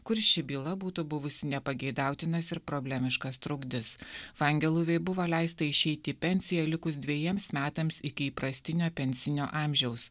kur ši byla būtų buvusi nepageidautinas ir problemiškas trukdis vangeluvei buvo leista išeiti į pensiją likus dvejiems metams iki įprastinio pensinio amžiaus